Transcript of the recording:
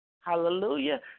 Hallelujah